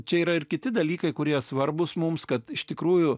čia yra ir kiti dalykai kurie svarbūs mums kad iš tikrųjų